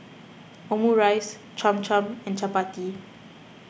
Omurice Cham Cham and Chapati